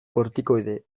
kortikoide